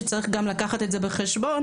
שצריך גם לקחת את זה בחשבון.